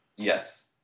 Yes